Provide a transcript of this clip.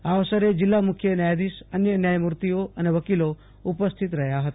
આ અવસરે જીલ્લા ન્યાયાધીશ અન્ય ન્યાયમૂર્તિઓ વકીલો ઉપસ્થિત રહ્યા હતા